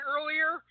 earlier